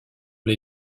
les